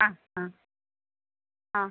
ആ ആ ആ